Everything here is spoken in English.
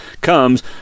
comes